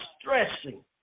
stressing